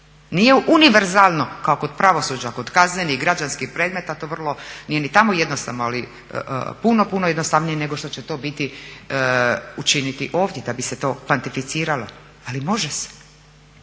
nije univerzalno kao kod pravosuđa, kao kod kaznenih, građanskih predmeta. To nije ni tamo jednostavno ali puno, puno jednostavnije nego što će to biti učiniti ovdje da bi se to kvantificiralo, ali može se.